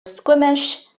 squeamish